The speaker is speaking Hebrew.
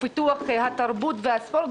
ופיתוח התרבות והספורט.